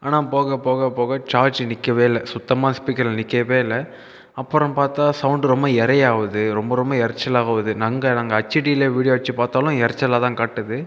ஆனால் போக போக போக சார்ஜ் நிற்கவே இல்லை சுத்தமாக ஸ்பீக்கரில் நிக்கவே இல்லை அப்புறம் பார்த்தா சவுண்ட் ரொம்ப இரையாவுது ரொம்ப ரொம்ப இரைச்சல் ஆகுது நாங்கள் ஹச்டியில் வீடியோ அடிச்சு பார்த்தாலும் இரைச்சலா தான் காட்டுது